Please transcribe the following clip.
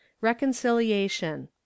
Reconciliation